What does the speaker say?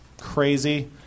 crazy